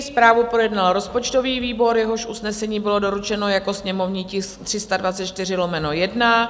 Zprávu projednal rozpočtový výbor, jehož usnesení bylo doručeno jako sněmovní tisk 324/1.